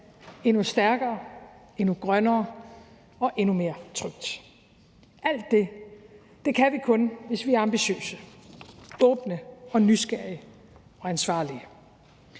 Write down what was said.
endnu stærkere, endnu grønnere og endnu mere trygt. Alt det kan vi kun, hvis vi er ambitiøse, åbne, nysgerrige og ansvarlige.